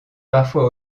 parfois